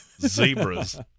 Zebras